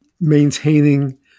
maintaining